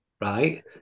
right